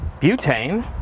butane